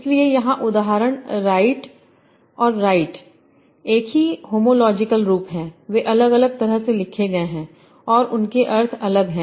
इसलिए यहां उदाहरण राइट और राइट एक ही होमोलॉजिकल रूप है वे अलग तरह से लिखे गए हैं और उनके अर्थ अलग हैं